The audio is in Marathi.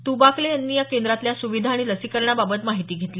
तुबाकले यांनी या केंद्रातल्या सुविधा आणि लसीकरणाबाबत माहिती घेतली